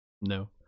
No